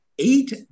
Eight